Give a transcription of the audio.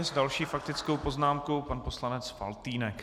S další faktickou poznámkou pan poslanec Faltýnek.